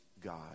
God